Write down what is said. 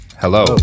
Hello